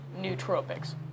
Nootropics